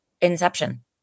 Inception